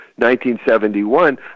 1971